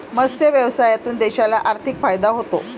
मत्स्य व्यवसायातून देशाला आर्थिक फायदा होतो